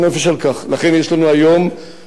אדוני יושב-ראש ועדת הכנסת,